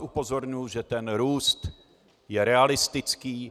Upozorňuji vás, že ten růst je realistický.